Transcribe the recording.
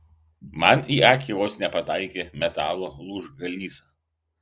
man į akį vos nepataikė metalo lūžgalys